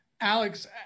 Alex